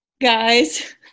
guys